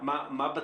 מה שונה בו?